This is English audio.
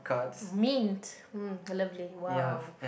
mint hmm I love mint !wow!